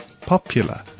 popular